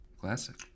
classic